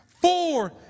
four